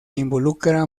involucra